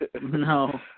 No